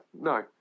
no